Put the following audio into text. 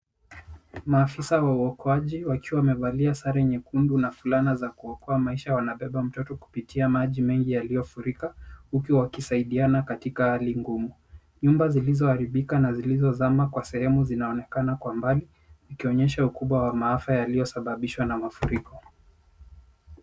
Maafisa wa uokaji wakiwa wamevalia sare nyekundu na fulana za kuokoa maisha, wanabeba mtoto kupitia maji mengi yaliyofurika huku wakisaidiana katika hali ngumu. Nyuma zilizoharibika na zilizozama kwa sehemu zinaonekana kwa umbali vikionyesha kubwa la maafa uliosababishwa na mafuriko.